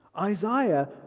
Isaiah